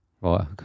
Right